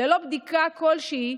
ללא בדיקה כלשהי,